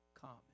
common